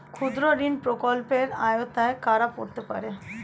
ক্ষুদ্রঋণ প্রকল্পের আওতায় কারা পড়তে পারে?